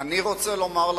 אני רוצה לומר לכם,